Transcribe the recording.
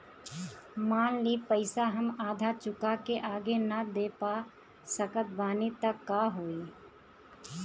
मान ली पईसा हम आधा चुका के आगे न दे पा सकत बानी त का होई?